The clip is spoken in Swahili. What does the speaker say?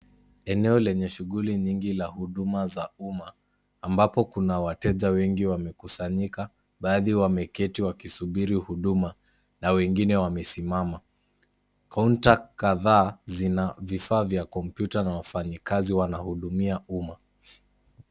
Eneo lenye shughuli nyingi zenye huduma za umma ambapo kuna wateja wengi wamekusanyika. Baadhi wameketi wakisubiri huduma na wengine wamesimama. Kaunta kadhaa Zina vifaa vya kompyuta na wafanyikazi wanahudumia umma.